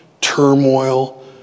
turmoil